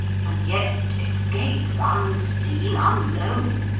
and yet escapes, unseen, unknown,